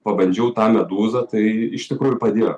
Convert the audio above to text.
pabandžiau tą medūzą tai iš tikrųjų padėjo